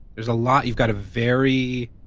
there's a lot. you've got a very,